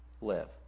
live